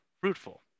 fruitful